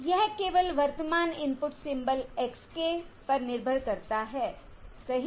यह केवल वर्तमान इनपुट सिंबल x k पर निर्भर करता हैसही